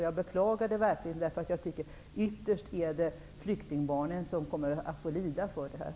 Jag beklagar det verkligen, för jag tycker att det ytterst är flyktingbarnen som kommer att få lida för detta.